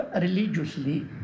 religiously